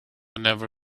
never